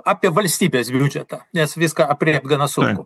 apie valstybės biudžetą nes viską aprėpt gana sunku